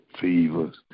fevers